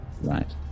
Right